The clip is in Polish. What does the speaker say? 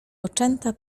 oczęta